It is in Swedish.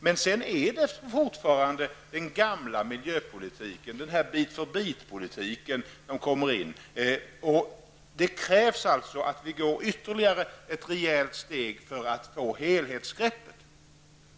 Men sedan blir det den gamla vanliga miljöpolitiken, en bit-för-bit-politik. Det krävs att vi tar ytterligare ett rejält steg för att vi skall få ett helhetsgrepp.